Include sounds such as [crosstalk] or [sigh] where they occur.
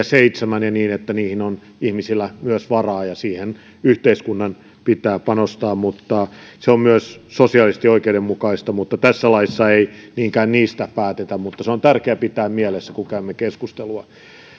[unintelligible] seitsemän eläinlääkäripalvelut ja niin että niihin on ihmisillä myös varaa ja siihen yhteiskunnan pitää panostaa se on myös sosiaalisesti oikeudenmukaista mutta tässä laissa ei niinkään niistä päätetä mutta se on tärkeää pitää mielessä kun käymme keskustelua